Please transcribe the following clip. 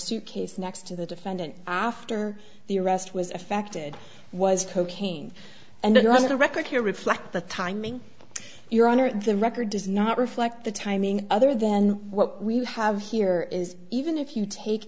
suitcase next to the defendant after the arrest was affected was cocaine and another record here reflect the timing your honor the record does not reflect the timing other than what we have here is even if you take